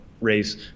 race